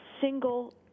single